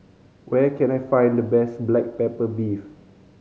where can I find the best black pepper beef